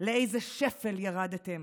לאיזה שפל ירדתם